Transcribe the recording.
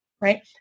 right